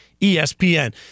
ESPN